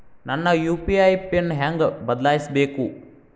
ನನ್ನ UPI PIN ಹೆಂಗ್ ಬದ್ಲಾಯಿಸ್ಬೇಕು?